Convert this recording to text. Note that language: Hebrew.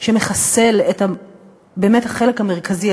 שמחסל את באמת החלק המרכזי,